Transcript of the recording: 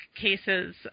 cases